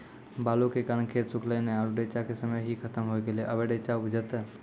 बालू के कारण खेत सुखले नेय आरु रेचा के समय ही खत्म होय गेलै, अबे रेचा उपजते?